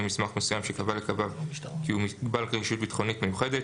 מסמך מסוים שקבע לגביו כי הוא בעל רגישות ביטחונית מיוחדת,